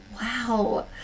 wow